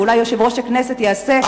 אולי יושב-ראש הכנסת יעשה,